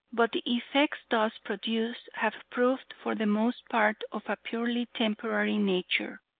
but the effects thus produced have proved for the most part of a purely temporary nature,